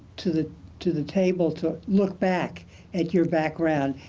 to the to the table to look back at your background,